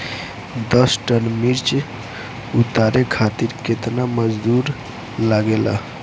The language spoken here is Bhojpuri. दस टन मिर्च उतारे खातीर केतना मजदुर लागेला?